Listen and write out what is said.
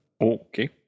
okay